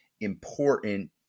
important